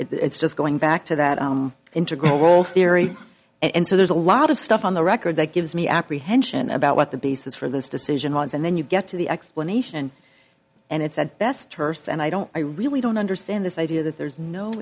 it's just going back to that integral role theory and so there's a lot of stuff on the record that gives me apprehension about what the basis for this decision was and then you get to the explanation and it's at best terse and i don't i really don't understand this idea that there's no